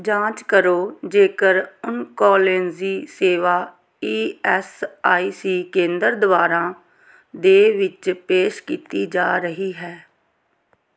ਜਾਂਚ ਕਰੋ ਜੇਕਰ ਓਨਕੋਲੋਜੀ ਸੇਵਾ ਈ ਐੱਸ ਆਈ ਸੀ ਕੇਂਦਰ ਦੁਆਰਾ ਦੇ ਵਿੱਚ ਪੇਸ਼ ਕੀਤੀ ਜਾ ਰਹੀ ਹੈ